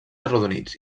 arrodonits